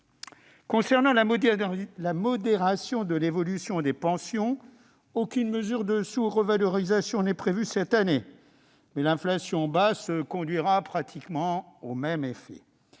Concernant la modération de l'évolution des pensions, aucune mesure de sous-revalorisation n'est prévue cette année, mais l'inflation basse conduira pratiquement au même effet.